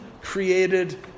created